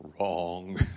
wrong